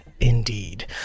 Indeed